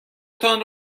تان